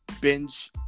binge